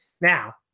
now